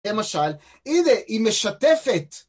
למשל, הנה היא משתפת